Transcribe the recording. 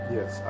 Yes